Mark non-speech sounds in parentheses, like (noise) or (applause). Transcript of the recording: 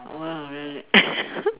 !wow! really (laughs)